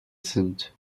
sind